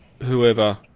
whoever